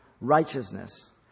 righteousness